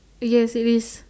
yes it is